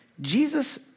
Jesus